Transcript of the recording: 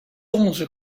onze